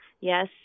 Yes